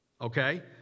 okay